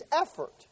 effort